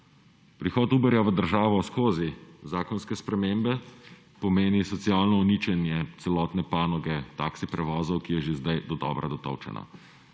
Prihod Uberja v državo skozi zakonske spremembe pomeni socialno uničenje celotne panoge taksi prevozov, ki je že sedaj dodobra dotolčena.